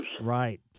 Right